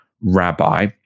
rabbi